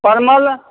परवल